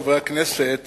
חברי הכנסת,